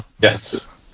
Yes